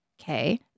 Okay